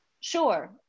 sure